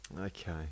Okay